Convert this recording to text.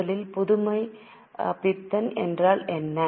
முதலில் புதுமைப்பித்தன் என்றால் என்ன